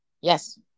Yes